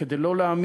כדי לא להעמיס,